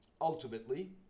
Ultimately